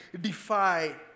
defy